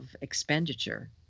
expenditure